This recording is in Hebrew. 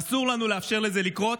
אסור לנו לאפשר לזה לקרות.